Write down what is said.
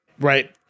Right